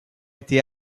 été